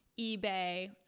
eBay